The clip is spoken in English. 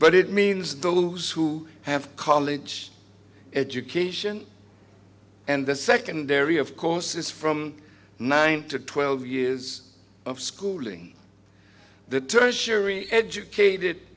but it means those who have a college education and the secondary of course is from nine to twelve years of schooling the tertiary educated